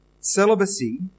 Celibacy